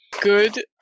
good